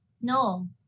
no